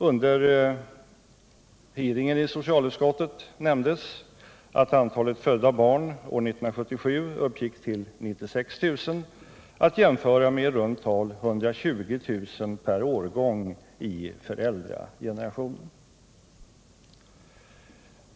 Under hearingen i socialutskottet nämndes att antalet födda barn år 1977 uppgick till 96 000. Detta kan jämföras med i runt tal 120 000 per årgång i föräldragenerationen.